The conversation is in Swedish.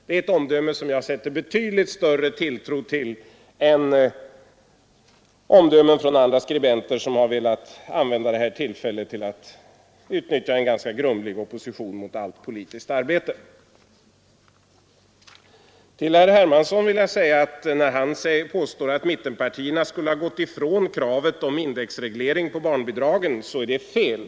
Det är ett omdöme som jag sätter betydligt större tilltro till än omdömen från alla skribenter som har velat använda det här tillfället att utnyttja en ganska grumlig opposition mot allt politiskt arbete. När herr Hermansson påstår att mittenpartierna skulle ha gått ifrån kravet på indexreglering av barnbidragen vill jag säga att han har fel.